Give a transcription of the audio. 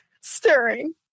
stirring